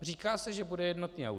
Říká se, že bude jednotný audit.